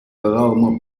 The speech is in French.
rarement